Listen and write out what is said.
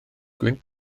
gwynt